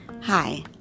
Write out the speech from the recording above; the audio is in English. Hi